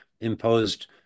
imposed